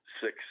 six